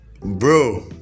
Bro